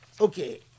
Okay